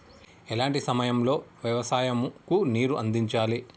ఎలాంటి సమయం లో వ్యవసాయము కు నీరు అందించాలి?